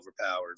overpowered